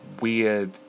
weird